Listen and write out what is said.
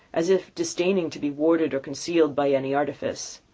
as if disdaining to be warded or concealed by any artifice.